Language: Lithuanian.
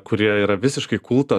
kurie yra visiškai kultas